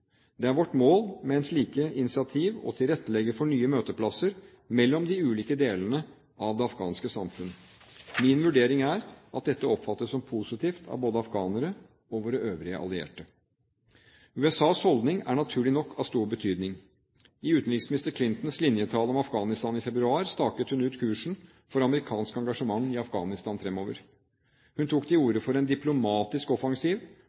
Det er vårt mål med slike initiativ å tilrettelegge for nye møteplasser mellom de ulike delene av det afghanske samfunnet. Min vurdering er at dette oppfattes som positivt av både afghanere og våre øvrige allierte. USAs holdning er naturlig nok av stor betydning. I utenriksminister Clintons linjetale om Afghanistan i februar staket hun ut kursen for amerikansk engasjement i Afghanistan fremover. Hun tok til orde for en diplomatisk offensiv